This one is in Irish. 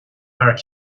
thar